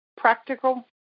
practical